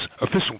official